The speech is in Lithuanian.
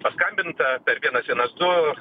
paskambinta per vienas vienas du